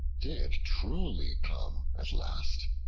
did truly come at last.